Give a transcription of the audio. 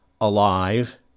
alive